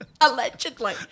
Allegedly